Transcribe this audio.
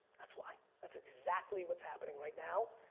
that's why. that's exactly what's happening right now.